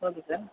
okay sir